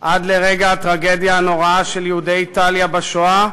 עד לרגע הטרגדיה הנוראה של יהודי איטליה בשואה,